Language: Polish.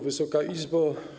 Wysoka Izbo!